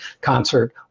concert